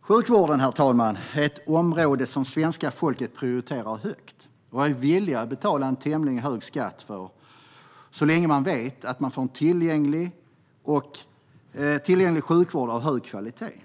Sjukvården är ett område som svenska folket prioriterar högt. Man är villig att betala en tämligen hög skatt så länge man vet att man får en tillgänglig sjukvård av hög kvalitet.